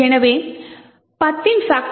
எனவே 10